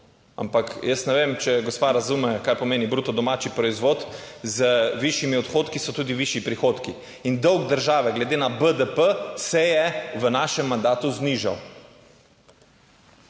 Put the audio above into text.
ampak jaz ne vem, če gospa razume kaj pomeni bruto domači proizvod. Z višjimi odhodki so tudi višji prihodki in dolg države glede na BDP se je v našem mandatu znižal.